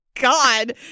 God